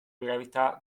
gravità